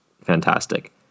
fantastic